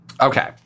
Okay